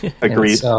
Agreed